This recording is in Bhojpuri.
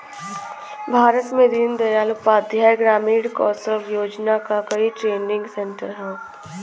भारत में दीन दयाल उपाध्याय ग्रामीण कौशल योजना क कई ट्रेनिंग सेन्टर हौ